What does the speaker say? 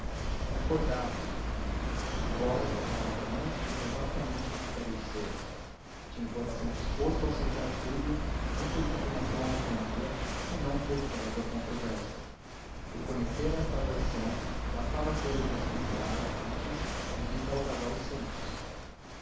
era cordato repito embora esta palavra não exprima exatamente o que quero dizer tinha o coração disposto a aceitar tudo não por inclinação à harmonia senão por tédio à controvérsia para conhecer esta aversão bastava tê-lo visto entrar antes em visita ao casal santos